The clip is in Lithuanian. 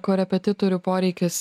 korepetitorių poreikis